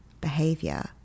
behavior